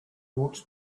walks